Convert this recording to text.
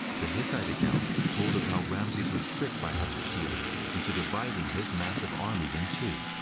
the hittite account told of how ramses was tricked by hattusili into dividing his massive army in two.